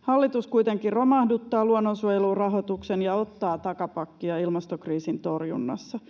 Hallitus kuitenkin romahduttaa luonnonsuojelun rahoituksen ja ottaa takapakkia ilmastokriisin torjunnassa.